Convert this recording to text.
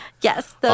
Yes